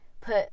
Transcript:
put